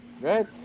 right